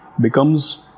becomes